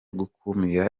gukumira